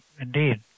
indeed